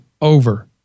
over